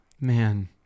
Man